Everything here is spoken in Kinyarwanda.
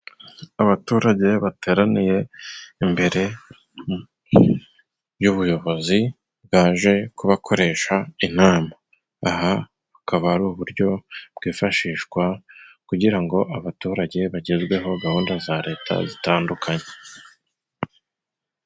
Abaturage bateraniye imbere y'ubuyobozi, bwaje kubakoresha inama. Aha bukaba ari uburyo bwifashishwa kugira ngo abaturage, bagezweho gahunda za leta zitandukanye.